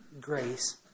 grace